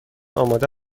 آماده